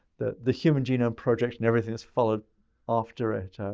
the the human genome project and everything that's followed after it,